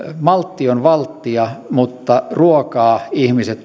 maltti on valttia mutta ruokaa ihmiset